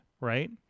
Right